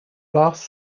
vast